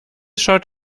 schaut